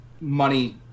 money